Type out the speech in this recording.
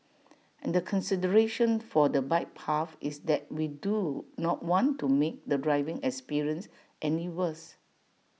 and the consideration for the bike path is that we do not want to make the driving experience any worse